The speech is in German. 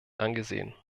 angesehen